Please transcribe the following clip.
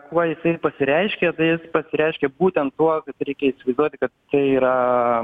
kuo jisai pasireiškia tai jis pasireiškia būtent tuo kad reikia įsivaizduoti kad tai yra